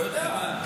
אתה יודע.